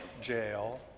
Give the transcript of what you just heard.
jail